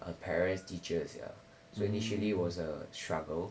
err parents teachers ya so initially was a struggle